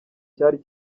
cyari